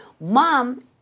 Mom